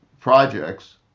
Projects